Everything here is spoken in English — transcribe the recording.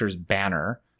Banner